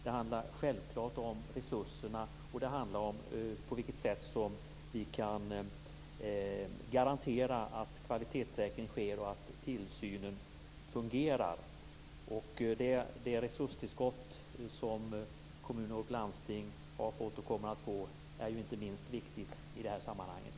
Det handlar självklart om resurserna. Det handlar också om hur vi kan garantera att en kvalitetssäkring sker och att tillsynen fungerar. De resurstillskott som kommuner och landsting har fått och kommer att få är inte minst viktiga i det sammanhanget.